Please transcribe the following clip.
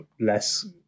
less